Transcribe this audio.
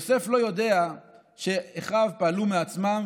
יוסף לא יודע שאחיו פעלו מעצמם,